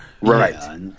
Right